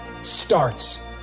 starts